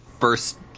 first